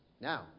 Now